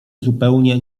zupełnie